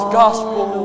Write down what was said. gospel